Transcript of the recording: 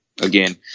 Again